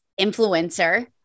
influencer